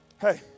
Hey